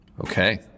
Okay